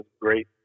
great